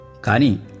kani